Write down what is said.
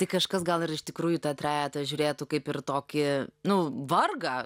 tai kažkas gal ir iš tikrųjų į tą trejetą žiūrėtų kaip ir tokį nu vargą